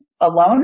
alone